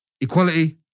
equality